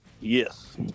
Yes